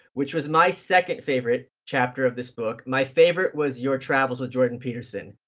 which was my second favorite chapter of this book. my favorite was your travels with jordan peterson,